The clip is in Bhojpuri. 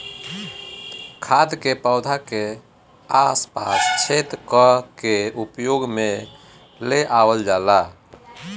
खाद के पौधा के आस पास छेद क के उपयोग में ले आवल जाला